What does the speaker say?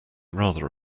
rather